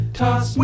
toss